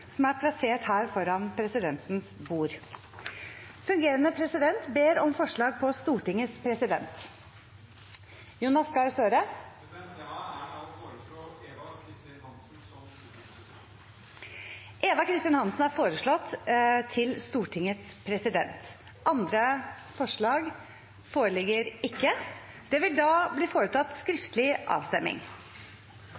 som er plassert foran presidentens bord. Fungerende president ber om forslag på Stortingets president . Jeg har æren av å foreslå Eva Kristin Hansen . Eva Kristin Hansen er foreslått valgt til Stortingets president. – Andre forslag foreligger ikke. Det vil da bli foretatt